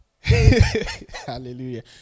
Hallelujah